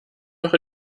noch